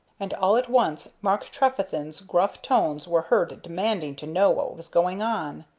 and all at once mark trefethen's gruff tones were heard demanding to know what was going on.